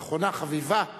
ואחרונה חביבה מאוד,